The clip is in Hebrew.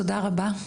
תודה רבה,